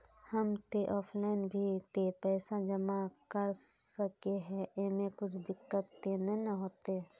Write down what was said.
हम ते ऑफलाइन भी ते पैसा जमा कर सके है ऐमे कुछ दिक्कत ते नय न होते?